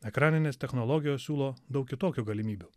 ekraninės technologijos siūlo daug kitokių galimybių